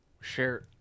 share